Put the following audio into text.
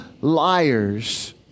liars